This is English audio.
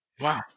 Wow